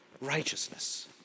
righteousness